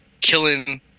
killing